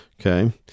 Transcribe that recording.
okay